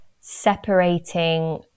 separating